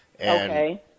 Okay